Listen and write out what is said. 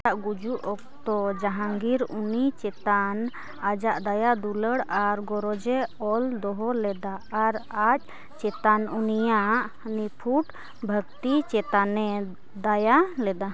ᱟᱡᱟᱜ ᱜᱩᱡᱩᱜ ᱚᱠᱛᱚ ᱡᱟᱦᱟᱝᱜᱤᱨ ᱩᱱᱤ ᱪᱮᱛᱟᱱ ᱟᱡᱟᱜ ᱫᱟᱭᱟ ᱫᱩᱞᱟᱹᱲ ᱟᱨ ᱜᱚᱨᱚᱡᱮ ᱚᱞ ᱫᱚᱦᱚ ᱞᱮᱫᱟ ᱟᱨ ᱟᱡ ᱪᱮᱛᱟᱱ ᱩᱱᱤᱭᱟᱜ ᱱᱤᱯᱷᱩᱴ ᱵᱷᱟᱹᱠᱛᱤ ᱪᱮᱛᱟᱱᱮ ᱫᱟᱭᱟ ᱞᱮᱫᱟ